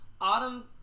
Autumn